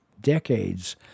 decades